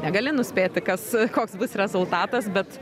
negali nuspėti kas koks bus rezultatas bet